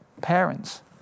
parents